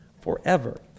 forever